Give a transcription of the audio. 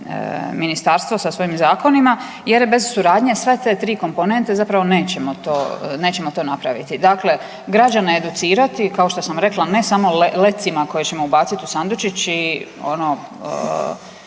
ministarstvo sa svojim zakonima jer bez suradnje sve te tri komponente zapravo nećemo to napraviti. Dakle, građane educirati kao što sam rekla ne samo lecima koje ćemo ubaciti u sandučić i ono